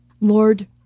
Lord